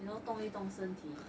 you know 动一动身体